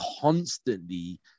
constantly